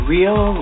Real